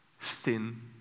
sin